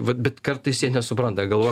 vat bet kartais jie nesupranta galvoja